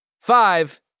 Five